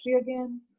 again